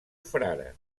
frare